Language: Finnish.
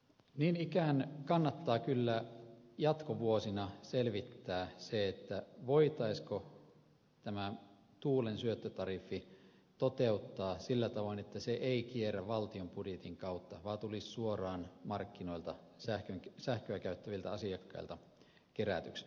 niin ikään kannattaa kyllä jatkovuosina selvittää se voitaisiinko tuulen syöttötariffi toteuttaa sillä tavoin että se ei kierrä valtion budjetin kautta vaan tulisi suoraan markkinoilta sähköä käyttäviltä asiakkailta kerätyksi